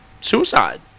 Suicide